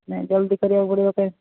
ନାଇଁ ଜଲଦି କରିବାକୁ ପଡ଼ିବ